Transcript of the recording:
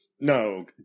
No